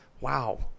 wow